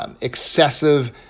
excessive